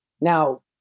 Now